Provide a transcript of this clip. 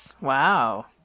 Wow